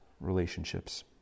relationships